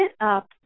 up